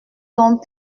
donc